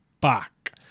back